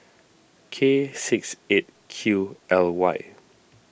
K six eight Q L Y